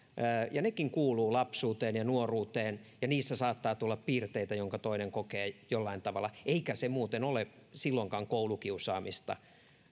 ja että nekin kuuluvat lapsuuteen ja nuoruuteen ja niissä saattaa tulla piirteitä jotka toinen kokee jollain tavalla eikä se muuten ole silloinkaan koulukiusaamista